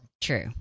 True